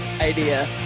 idea